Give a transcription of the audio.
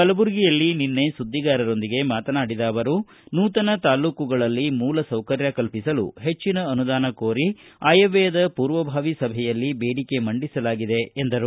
ಕಲಬುರಗಿಯಲ್ಲಿ ನಿನ್ನೆ ಸುದ್ದಿಗಾರರೊಂದಿಗೆ ಮಾತನಾಡಿದ ಅವರು ನೂತನ ತಾಲೂಕುಗಳಲ್ಲಿ ಮೂಲಸೌಕರ್ಯ ಕಲ್ಪಿಸಲು ಹೆಚ್ಚಿನ ಅನುದಾನ ಕೋರಿ ಆಯವ್ದಯದ ಪೂರ್ವಭಾವಿ ಸಭೆಯಲ್ಲಿ ಬೇಡಿಕೆ ಇಡಲಾಗಿದೆ ಎಂದರು